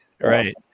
right